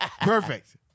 Perfect